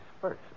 first